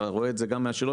אתה רואה את זה גם מהשאלות,